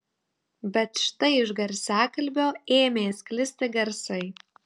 bet štai iš garsiakalbio ėmė sklisti garsai